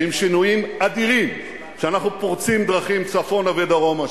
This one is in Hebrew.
ועם שינויים אדירים: שאנחנו פורצים דרכים צפונה ודרומה,